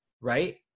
right